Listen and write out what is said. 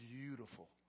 beautiful